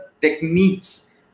techniques